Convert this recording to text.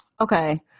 okay